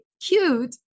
cute